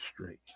straight